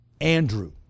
Andrew